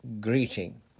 greeting